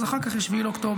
אחר כך יש 7 באוקטובר.